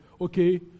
okay